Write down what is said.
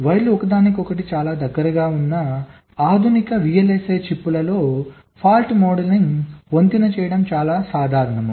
వైర్లు ఒకదానికొకటి చాలా దగ్గరగా ఉన్న ఆధునిక VLSI చిప్లలో తప్పు మోడల్ను వంతెన చేయడం చాలా సాధారణం